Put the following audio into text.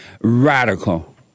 radical